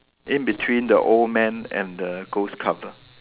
in between the old man and the ghost cover